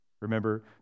Remember